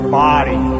body